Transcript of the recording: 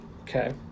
Okay